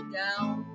down